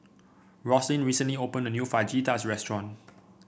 Roslyn recently opened a new Fajitas restaurant